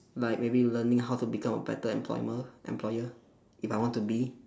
like maybe learning how to become a better employer employer if I want to be